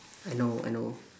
I know I know